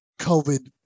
COVID